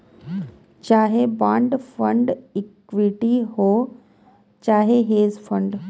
चाहे bond fund equity हौ चाहे हेज फ़ंड